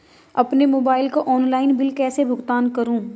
अपने मोबाइल का online bill कैसे भुगतान करूं?